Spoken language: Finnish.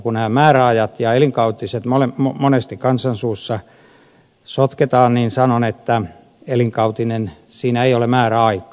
kun nämä määräajat ja elinkautiset monesti kansan suussa sotketaan niin sanon että elinkautisessa ei ole määräaikaa